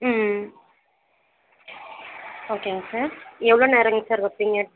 ம் ஓகேங்க சார் எவ்வளோ நேரோம் சார் வைப்பீங்க